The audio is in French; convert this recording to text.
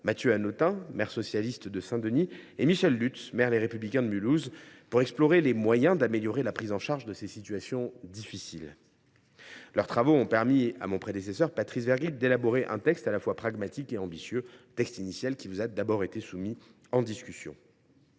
Mathieu Hanotin, maire socialiste de Saint Denis, et Michèle Lutz, maire Les Républicains de Mulhouse, pour explorer les moyens d’améliorer la prise en charge de ces situations difficiles. Leurs travaux ont permis à mon prédécesseur Patrice Vergriete d’élaborer le texte à la fois pragmatique et ambitieux qui vous a été soumis. Pour